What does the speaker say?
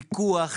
פיקוח,